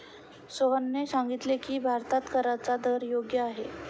सोहनने सांगितले की, भारतात कराचा दर योग्य आहे